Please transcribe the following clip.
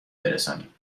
برسانیم